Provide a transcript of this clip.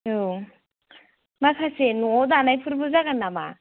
औ माखासे न'आव दानायफोरबो जागोन नामा